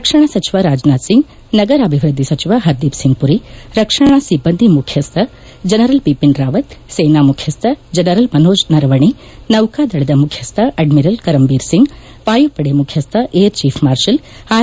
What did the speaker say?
ರಕ್ಷಣಾ ಸಚಿವ ರಾಜನಾಥ್ ಸಿಂಗ್ ನಗರಾಭಿವೃದ್ದಿ ಸಚಿವ ಹರ್ದೀಪ್ ಸಿಂಗ್ ಪುರಿ ರಕ್ಷಣಾ ಸಿಬ್ಬಂದಿ ಮುಖ್ಯಸ್ಥ ಜನರಲ್ ಬಿಪಿನ್ ರಾವತ್ ಸೇನಾ ಮುಖ್ಯಸ್ಡ ಜನರಲ್ ಮನೋಜ್ ನರವಣೆ ನೌಕಾ ದಳದ ಮುಖ್ಯಸ್ಡ ಅಡ್ಮಿರಲ್ ಕರಮ್ಬೀರ್ ಸಿಂಗ್ ವಾಯುಪಡೆ ಮುಖ್ಯಸ್ಥ ಏರ್ ಚೀಫ್ ಮಾರ್ಷಲ್ ಆರ್